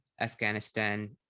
Afghanistan